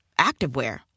activewear